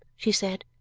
she said.